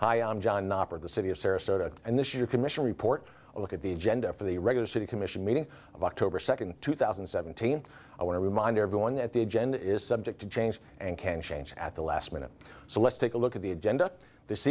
hi i'm john the city of sarasota and this your commission report a look at the agenda for the regular city commission meeting of october second two thousand and seventeen i want to remind everyone that the agenda is subject to change and can change at the last minute so let's take a look at the agenda this